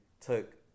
took